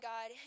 God